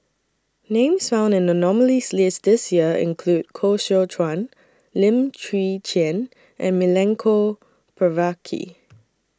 Names found in The nominees' list This Year include Koh Seow Chuan Lim Chwee Chian and Milenko Prvacki